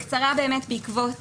בעקבות